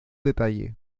detalle